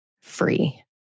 free